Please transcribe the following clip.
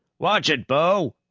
watch it, bo,